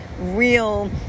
real